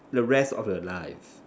the rest of your life